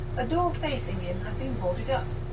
a door facing him had been boarded up,